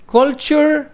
culture